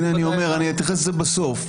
אתייחס לזה בסוף.